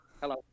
Hello